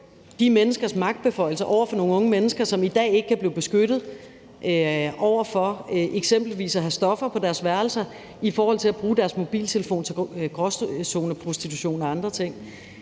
de menneskers magtbeføjelser over for nogle unge mennesker, som i dag ikke kan blive beskyttet over for eksempelvis at have stoffer på deres værelser, i forhold til at bruge deres mobiltelefon til gråzoneprostitution og andre ting.